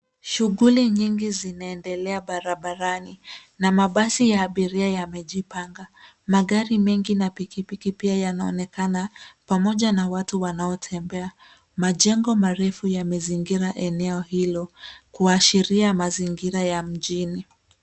Shughuli nyingi zinaendelea barabarani na mabasi ya abiria yamejipanga. Magari mengi na pikipiki pia yanaonekana pamoja na watu wanaotembea. Majengo marefu yamezingira eneo hilo kuashiria mazingira ya mjini.